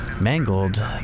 mangled